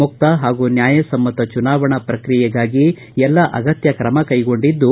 ಮುಕ್ತ ಹಾಗೂ ನ್ಯಾಯಸಮ್ಮತ ಚುನಾವಣಾ ಪ್ರಕ್ರಿಯೆಗಾಗಿ ಎಲ್ಲ ಅಗತ್ಯ ಕ್ರಮ ಕೈಗೊಂಡಿದ್ದು